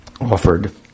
offered